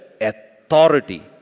authority